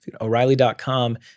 O'Reilly.com